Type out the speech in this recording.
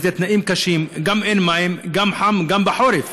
והתנאים קשים: גם אין מים, גם חם, גם בחורף.